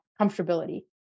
comfortability